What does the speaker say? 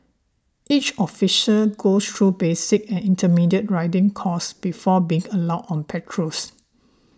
each officer goes through basic and intermediate riding courses before being allowed on patrols